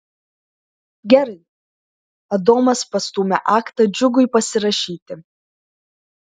gerai adomas pastūmė aktą džiugui pasirašyti